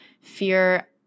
fear